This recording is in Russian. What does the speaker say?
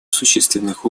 существенных